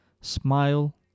smile